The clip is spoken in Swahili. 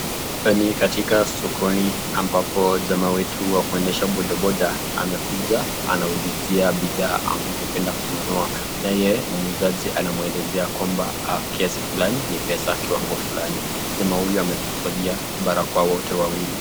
ni katika sokoni ambapo jamaa wetu wa kuendesha bodaboda amekuja anaulizia bidhaa angependa kununua. Na yeye muuzaji anamuelezea kwamba kiasi fulani ni pesa kiwango fulani. Jamaa huyu amefolia bara kwa wote wawili.